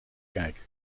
kijken